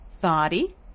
body